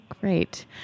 great